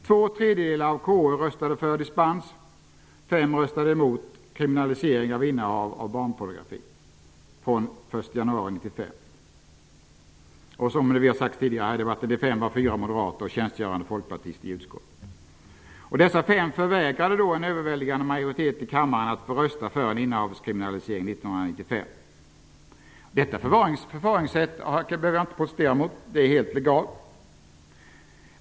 Två tredjedelar av KU:s ledamöter röstade för dispens, medan fem ledamöter röstade emot en kriminalisering av innehav av barnpornografi fr.o.m. den 1 januari 1995. De fem var fyra moderater och den tjänstgörande folkpartisten i utskottet. Dessa fem förvägrade en överväldigande majoritet i kammaren att få rösta för en innehavskriminalisering fr.o.m. 1995. Detta förfarande kan jag inte protestera mot, eftersom det är helt legalt.